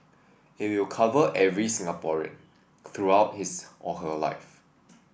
it will cover every Singaporean throughout his or her life